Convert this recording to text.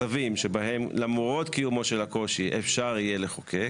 מצבים שבהם למרות קיומו של הקושי אפשר יהיה לחוקק.